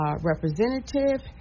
Representative